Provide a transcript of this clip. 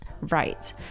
right